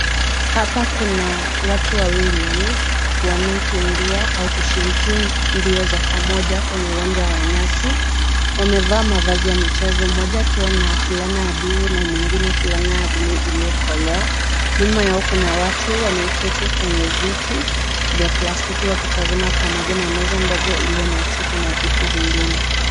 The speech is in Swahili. Hapa kuna watu wawili wanaokimbia au kushiriki mbio za pamoja kwenye uwanja wa nyasi. Wamevaa mavazi ya michezo; mmoja akiwa na fulana ya bluu na mwingine fulana ya bluu iliyokolea. Nyuma yao kuna watu wameketi kwenye viti vya plastiki wakitazama pamoja, na meza ndogo iliyo na chupa na vitu vingine.